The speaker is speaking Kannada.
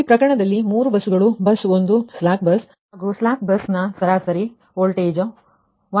ಈ ಪ್ರಕರಣದಲ್ಲಿ 3 ಬಸ್ ಗಳು ಬಸ್ 1 ಸ್ಲ್ಯಾಕ್ ಬಸ್ ಹಾಗೂ ಸ್ಲ್ಯಾಕ್ ಬಸ್ನ ಸರಾಸರಿ ವೋಲ್ಟೇಜ್ 1